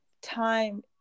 Time